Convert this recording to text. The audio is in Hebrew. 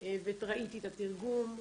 וראיתי את התרגום.